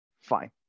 Fine